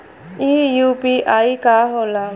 ई यू.पी.आई का होला?